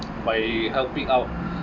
by helping out